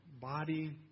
body